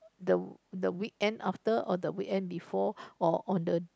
the the weekend after or the weekend before or on the